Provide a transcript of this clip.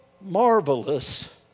marvelous